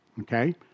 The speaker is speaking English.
Okay